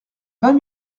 vingt